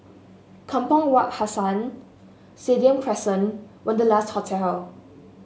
Kampong Wak Hassan Stadium Crescent Wanderlust Hotel